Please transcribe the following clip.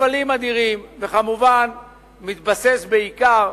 מפעלים אדירים, וכמובן הוא מתבסס בעיקר